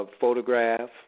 photograph